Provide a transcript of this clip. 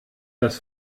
das